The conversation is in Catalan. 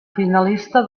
finalista